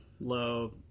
Low